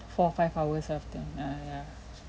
four five hours later !aiya!